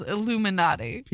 Illuminati